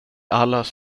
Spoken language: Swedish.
allas